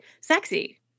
sexy